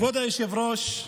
כבוד היושב-ראש,